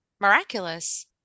miraculous